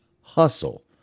hustle